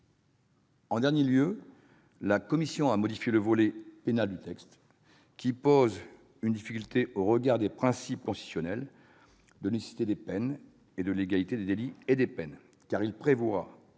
En dernier lieu, la commission a modifié le volet pénal du texte, qui pose une difficulté au regard des principes constitutionnels de nécessité des peines et de légalité des délits et des peines, car il prévoit,